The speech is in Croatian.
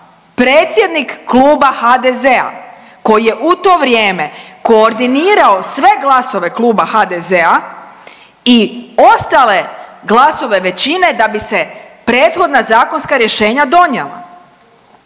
predsjednik kluba HDZ-a koji je u to vrijeme koordinirao sve glasove kluba HDZ-a i ostale glasove većine da bi se prethodna zakonska rješenja donijela.